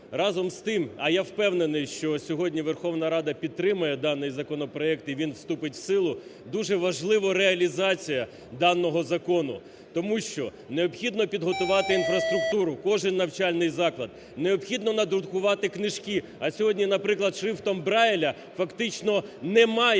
Разом з тим, а я впевнений, що сьогодні Верховна Рада підтримає даний законопроект і він вступить в силу, дуже важливо реалізація даного закону, тому що необхідно підготувати інфраструктуру, кожен навчальний заклад, необхідно надрукувати книжки. А сьогодні, наприклад, Шрифтом Брайля фактично немає